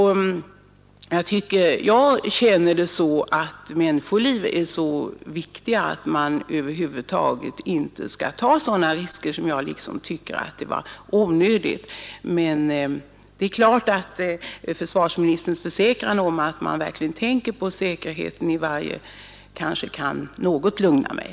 Jag anser att människoliv är så viktiga att man över huvud taget inte skall ta onödiga risker. Men försvarsministerns försäkran att man verkligen tänker på säkerheten kan kanske något lugna mig.